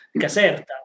Caserta